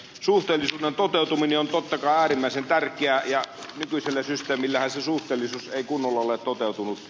suhteellisuuden toteutuminen on totta kai äärimmäisen tärkeää ja nykyisellä systeemillähän se suhteellisuus ei kunnolla ole toteutunut